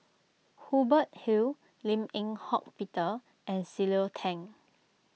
Hubert Hill Lim Eng Hock Peter and Cleo Thang